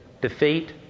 defeat